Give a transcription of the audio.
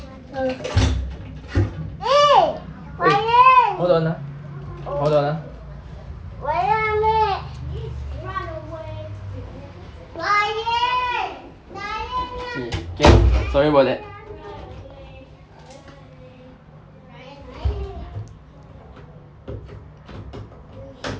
hold on ah hold on ah okay can sorry about that